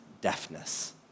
deafness